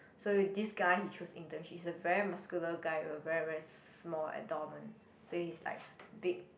so you this guy he choose internship he's a very muscular guy a very very small abdomen so he's like big